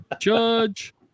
Judge